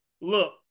Look